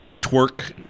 twerk